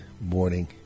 morning